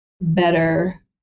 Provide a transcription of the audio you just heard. better